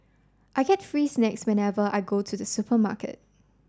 I get free snacks whenever I go to the supermarket